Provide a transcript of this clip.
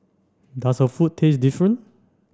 does her food taste different